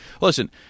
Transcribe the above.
Listen